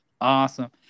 Awesome